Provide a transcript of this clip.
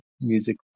music